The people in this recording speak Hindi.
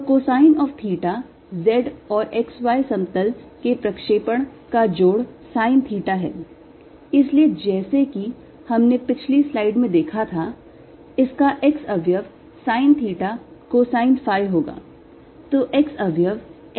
तो cosine of theta z और x y समतल में प्रक्षेपण का जोड़ sine theta है इसलिए जैसा कि हमने पिछली स्लाइड में देखा था इसका x अवयव sine theta cosine phi होगा